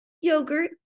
yogurt